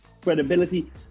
credibility